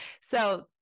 So-